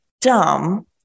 dumb